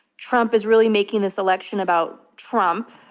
trump is really making this election about trump,